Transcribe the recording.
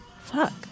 Fuck